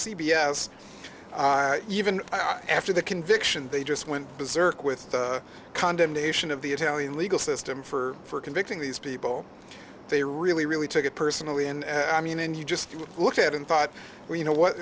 s even after the conviction they just went berserk with the condemnation of the italian legal system for convicting these people they really really took it personally and i mean and you just looked at and thought well you know what